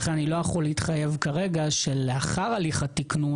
אני לא יכול להתחייב כרגע שלאחר תהליך התיקנון